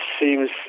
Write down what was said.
seems